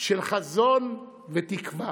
של חזון ותקווה.